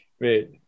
wait